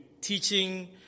teaching